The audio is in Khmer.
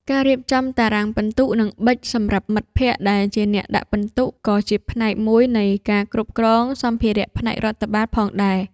ការរៀបចំតារាងពិន្ទុ និងប៊ិចសម្រាប់មិត្តភក្តិដែលជាអ្នកដាក់ពិន្ទុ ក៏ជាផ្នែកមួយនៃការគ្រប់គ្រងសម្ភារៈផ្នែករដ្ឋបាលផងដែរ។